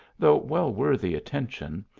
though well worthy attention,